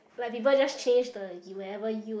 like people just change the you ever you